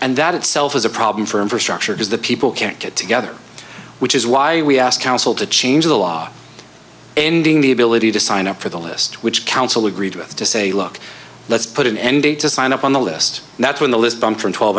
and that itself is a problem for infrastructure because the people can't get together which is why we ask council to change the law ending the ability to sign up for the list which counsel agreed with to say look let's put an end date to sign up on the list and that's when the list bumped from twelve